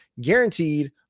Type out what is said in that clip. guaranteed